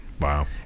Wow